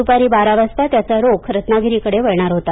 दुपारी बारा वाजता त्याचा रोख रत्नागिरीकडे वळणार होता